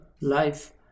life